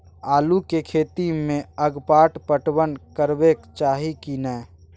आलू के खेती में अगपाट पटवन करबैक चाही की नय?